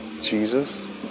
Jesus